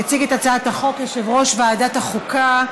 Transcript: יציג את הצעת החוק יושב-ראש ועדת החוקה,